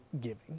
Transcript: giving